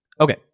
okay